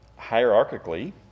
hierarchically